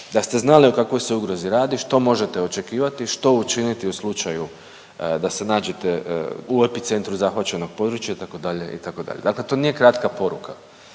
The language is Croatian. da ste znali o kakvoj se ugrozi radi, što možete očekivati, što učiniti u slučaju da se nađete u epicentru zahvaćenog područja itd., itd.. Dakle, to nije kratka poruka,